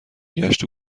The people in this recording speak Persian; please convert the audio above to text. گشت